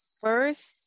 first